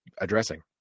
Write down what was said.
addressing